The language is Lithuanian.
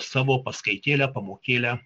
savo paskaitėlę pamokėlę